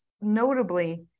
notably